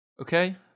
Okay